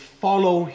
follow